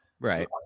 Right